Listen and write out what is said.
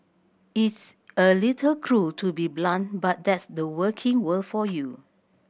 it's a little cruel to be so blunt but that's the working world for you